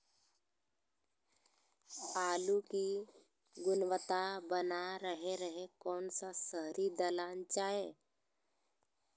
आलू की गुनबता बना रहे रहे कौन सा शहरी दलना चाये?